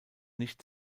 nicht